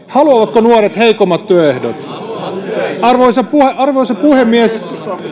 haluavatko nuoret heikommat työehdot arvoisa puhemies